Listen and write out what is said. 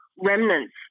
remnants